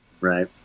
Right